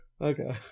okay